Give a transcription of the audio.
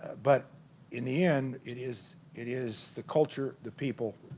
but in the end it is it is the culture the people